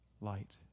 light